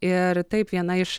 ir taip viena iš